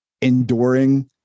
enduring